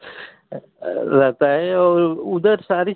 रहता है और उधर सारी